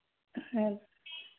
हाँ